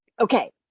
okay